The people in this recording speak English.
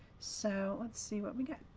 so let's see what we get.